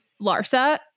Larsa